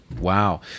wow